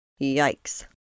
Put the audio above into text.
Yikes